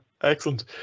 Excellent